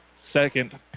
Second